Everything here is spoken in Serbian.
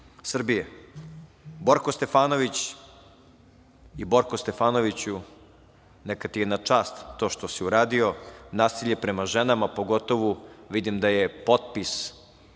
Srbije. Borko Stefanoviću, neka ti je na čast to što si uradio, nasilje prema ženama, pogotovu vidim da je potpis